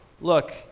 look